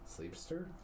Sleepster